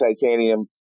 titanium